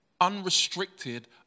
unrestricted